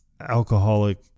alcoholic